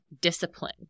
discipline